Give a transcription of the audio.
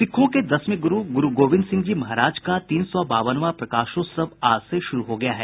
सिखों के दसवें ग्रु ग्रु गोविंद सिंह जी महाराज का तीन सौ बावनवां प्रकाशोत्सव आज से शुरू हो गया है